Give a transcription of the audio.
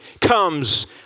comes